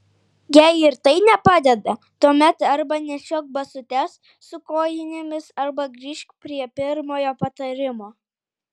jei ir tai nepadeda tuomet arba nešiok basutes su kojinėmis arba grįžk prie pirmojo patarimo